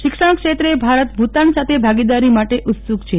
શિક્ષણ ક્ષેત્રે ભારત ભુતાન સાથે ભાગીદારી માટે ઉત્સુક છે